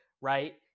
Right